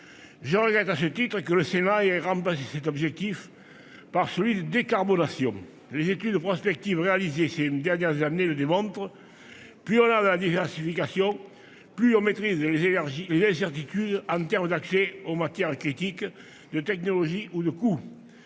Je regrette que le Sénat ait remplacé cet objectif par celui de décarbonation. Les études prospectives réalisées ces dernières années le démontrent : plus la diversification est poussée, plus on maîtrise les incertitudes dans l'accès aux matières critiques, les technologies ou les coûts.